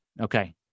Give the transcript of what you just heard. Okay